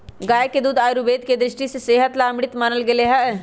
गाय के दूध आयुर्वेद के दृष्टि से सेहत ला अमृत मानल गैले है